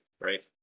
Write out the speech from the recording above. right